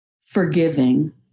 forgiving